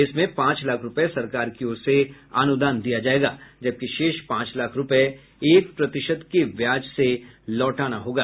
इसमें पांच लाख रूपये सरकार की ओर से अनुदान दिया जायेगा जबकि शेष पांच लाख रूपये एक प्रतिशत के ब्याज से लौटानी होगी